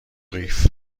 قیف